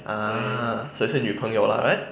ah 所以是女朋友 lah right